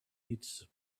its